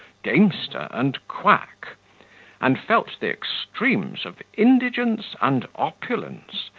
gamester, and quack and felt the extremes of indigence and opulence,